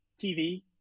TV